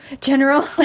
General